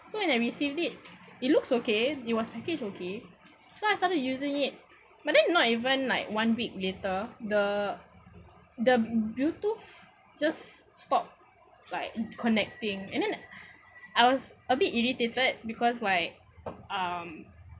so when I received it it looks okay it was packaged okay so I started using it but then not even like one week later the the bluetooth just stop like connecting and then I was a bit irritated because like um